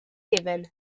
given